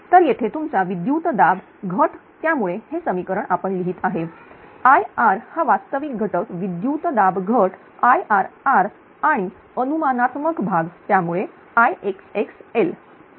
तर येथे तुमचा विद्युत् दाब घट त्यामुळे हे समीकरण आपण लिहीत आहे Irहावास्तविक घटक विद्युतदाब घट Irr आणि अनुमानात्मक भाग त्यामुळेIxxl